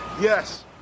Yes